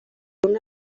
una